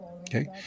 Okay